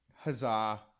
Huzzah